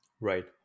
Right